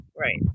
Right